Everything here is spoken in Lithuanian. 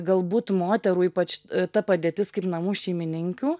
galbūt moterų ypač ta padėtis kaip namų šeimininkių